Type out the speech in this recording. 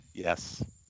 Yes